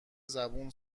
زبون